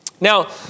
Now